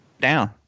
down